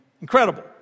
Incredible